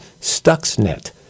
Stuxnet